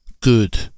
good